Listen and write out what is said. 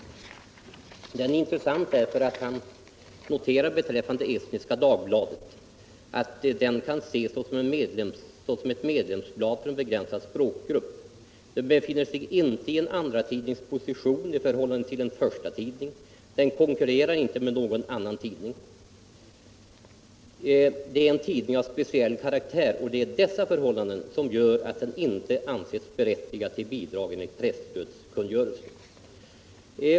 Redogörelsen är intressant, därför att han noterar beträffande Estniska Dagbladet att det kan ses såsom ett medlemsblad för en begränsad språkgrupp; det befinner sig inte i andratidningsposition i förhållande till en förstatidning; den konkurrerar inte med någon annan tidning; det är en tidning av speciell karaktär. Det är dessa förhållanden som gör att den inte har ansetts berättigad till bidrag enligt presstödskungörelsen.